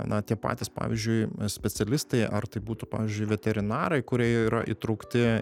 na tie patys pavyzdžiui specialistai ar tai būtų pavyzdžiui veterinarai kurie yra įtraukti